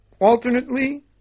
alternately